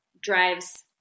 drives